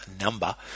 number